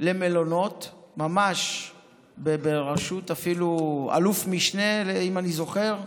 למלונות בראשות אלוף משנה, אם אני זוכר נכון,